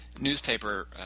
newspaper